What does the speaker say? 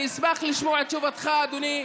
אני אשמח לשמוע את תשובתך, אדוני,